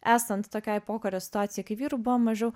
esant tokiai pokario situacijai kai vyrų buvo mažiau